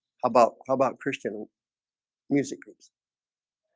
about how about christian music groups?